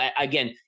again